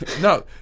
No